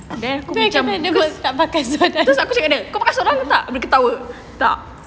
then aku macam lepas tu saya kata awak pakai seluar dalam dia ketawa